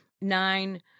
nine